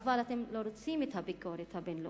אבל לא רוצים את הביקורת הבין-לאומית.